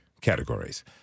categories